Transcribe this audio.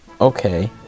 Okay